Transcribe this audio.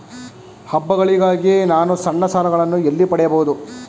ಹಬ್ಬಗಳಿಗಾಗಿ ನಾನು ಸಣ್ಣ ಸಾಲಗಳನ್ನು ಎಲ್ಲಿ ಪಡೆಯಬಹುದು?